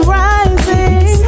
rising